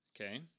Okay